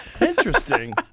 Interesting